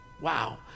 Wow